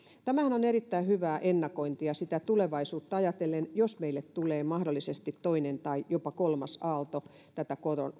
tämähän on erittäin hyvää ennakointia sitä tulevaisuutta ajatellen jos meille tulee mahdollisesti toinen tai jopa kolmas aalto tätä